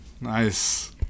Nice